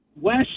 west